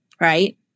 right